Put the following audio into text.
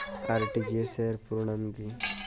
RTGS র পুরো নাম কি?